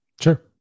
sure